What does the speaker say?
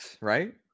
right